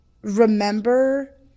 remember